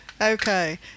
Okay